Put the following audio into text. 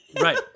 Right